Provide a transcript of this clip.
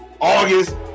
august